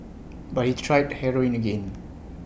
but he tried heroin again